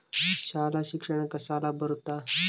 ಶಾಲಾ ಶಿಕ್ಷಣಕ್ಕ ಸಾಲ ಬರುತ್ತಾ?